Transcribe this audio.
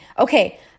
Okay